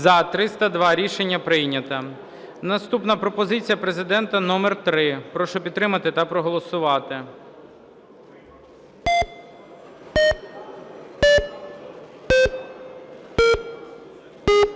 За-302 Рішення прийнято. Наступна пропозиція Президента номер 3. Прошу підтримати та проголосувати.